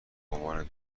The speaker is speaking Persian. عنوان